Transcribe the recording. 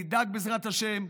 נדאג, בעזרת השם,